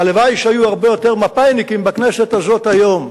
הלוואי שהיו הרבה יותר מפא"יניקים בכנסת הזאת היום.